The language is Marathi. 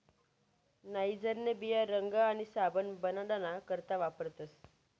नाइजरन्या बिया रंग आणि साबण बनाडाना करता वापरतस